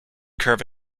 curve